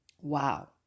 Wow